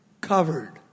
Covered